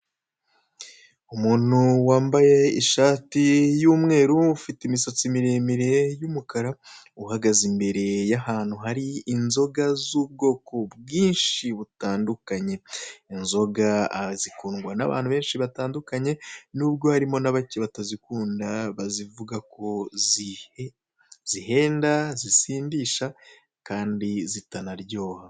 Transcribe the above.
Umuntu wambaye ishati y'umweru ufite imisatsi miremire y'umukara, uhagaze imbere ya hantu hari inzoga z'ubwoko bwinshi butandukanye, inzoga zikundwa n'abantu benshi batandukanye nubwo harimo na bake batazikunda, bavuga ko zihenda, zisindisha kandi zitanaryoha.